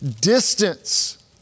distance